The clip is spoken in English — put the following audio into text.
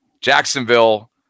Jacksonville